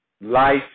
life